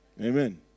Amen